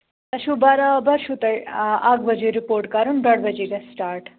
تۄہہِ چھُو برابر چھُو تۄہہِ اَکھ بَجے رِپورٹ کَرُن ڈوٚڈ بَجے گژھِ سِٹارٹ